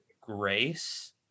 grace